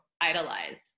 idolize